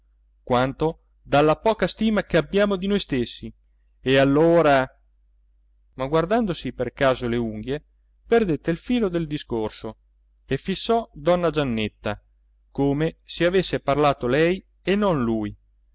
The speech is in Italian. quanto dalla poca stima che abbiamo di noi stessi e allora ma guardandosi per caso le unghie perdette il filo del discorso e fissò donna giannetta come se avesse parlato lei e non lui